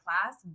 class